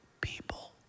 People